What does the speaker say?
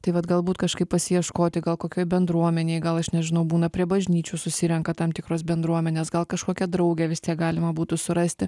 tai vat galbūt kažkaip pasiieškoti gal kokioj bendruomenėj gal aš nežinau būna prie bažnyčių susirenka tam tikros bendruomenės gal kažkokią draugę vis tiek galima būtų surasti